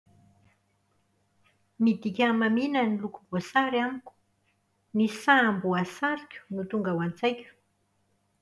Midika hamamiana ny loko voasary amiko. Ny saham-boasariko no tonga ao an-tsaiko.